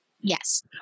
Yes